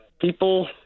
people